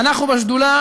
ואנחנו בשדולה